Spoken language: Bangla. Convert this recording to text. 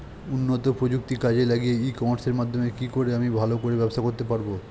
উন্নত প্রযুক্তি কাজে লাগিয়ে ই কমার্সের মাধ্যমে কি করে আমি ভালো করে ব্যবসা করতে পারব?